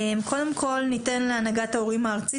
קודם כל ניתן להנהגת ההורים הארצית,